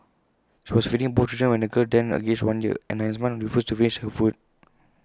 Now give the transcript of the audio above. she was feeding both children when the girl then aged one year and nine months refused to finish her food